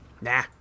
Nah